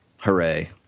Hooray